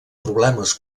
problemes